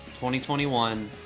2021